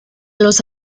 los